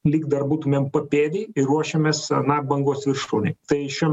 lyg dar būtumėm papėdėj ir ruošiamės na bangos viršūnei tai šiuo